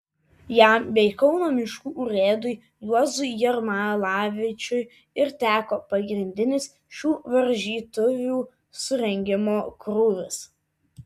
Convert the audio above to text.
jam bei kauno miškų urėdui juozui jermalavičiui ir teko pagrindinis šių varžytuvių surengimo krūvis